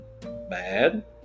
bad